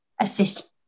assist